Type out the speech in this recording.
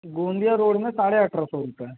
Gondia road में साढ़े अट्ठारह सौ रुपये